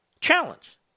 challenge